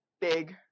big